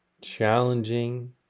challenging